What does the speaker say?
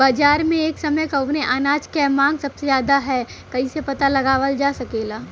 बाजार में एक समय कवने अनाज क मांग सबसे ज्यादा ह कइसे पता लगावल जा सकेला?